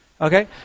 Okay